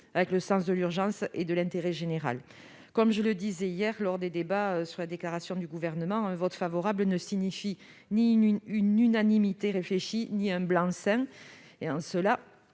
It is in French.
avec le sens de l'urgence et de l'intérêt général. Comme je le disais lors du débat sur la déclaration du Gouvernement, un vote favorable ne signifie ni une unanimité irréfléchie ni un blanc-seing.